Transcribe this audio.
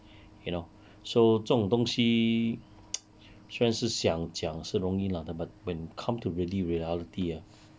you know so 这种东西 虽然是想讲是容易 lah but when come to really reality ah